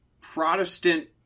Protestant